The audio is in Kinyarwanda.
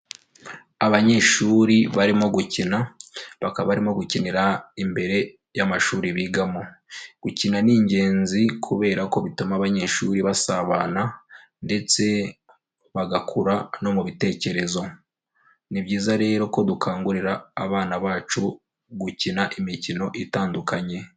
Abanyeshuri barimo gukina, bakaba barimo gukinira imbere y'amashuri bigamo, gukina ni ingenzi kubera ko bituma abanyeshuri basabana ndetse bagakura no mu bitekerezo, ni byiza rero ko dukangurira abana bacu gukina imikino itandukanye.